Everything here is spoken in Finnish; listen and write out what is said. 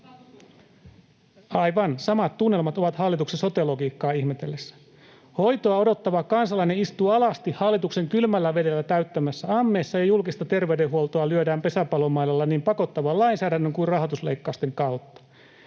Aivan. — Samat tunnelmat ovat hallituksen sote-logiikkaa ihmetellessä: hoitoa odottava kansalainen istuu alasti hallituksen kylmällä vedellä täyttämässä ammeessa, ja julkista terveydenhuoltoa lyödään pesäpallomailalla niin pakottavan lainsäädännön kuin rahoitusleikkausten kautta.